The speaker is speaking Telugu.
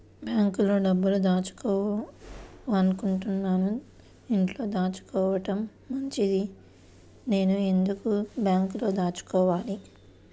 బ్యాంక్లో డబ్బులు దాచుకోవటంకన్నా ఇంట్లో దాచుకోవటం మంచిది నేను ఎందుకు బ్యాంక్లో దాచుకోవాలి?